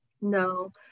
No